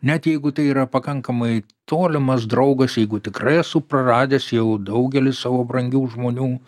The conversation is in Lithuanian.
net jeigu tai yra pakankamai tolimas draugas jeigu tikrai esu praradęs jau daugelį savo brangių žmonių